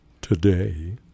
today